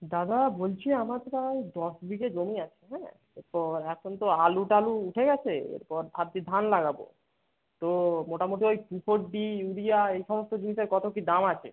দাদা বলছি আমার প্রায় দশ বিঘে জমি আছে হ্যাঁ তো এখন তো আলু টালু উঠে গেছে এরপর ভাবছি ধান লাগাবো তো মোটামুটি ওই টু ফোর ডি ইউরিয়া এই সমস্ত জিনিসের কতো কী দাম আছে